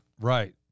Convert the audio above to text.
Right